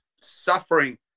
suffering